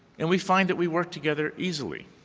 and we find that we work together easily.